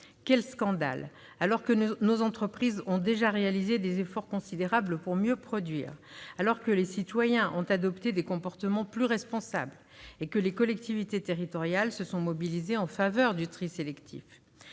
quel scandale, alors que nos entreprises ont déjà réalisé des efforts considérables pour mieux produire, alors que les citoyens ont adopté des comportements plus responsables et que les collectivités territoriales se sont mobilisées en faveur du tri sélectif